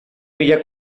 villa